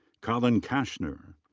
colin cashner.